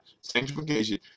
sanctification